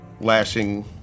lashing